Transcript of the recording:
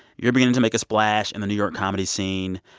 you're beginning to make a splash in the new york comedy scene.